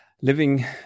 living